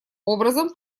образом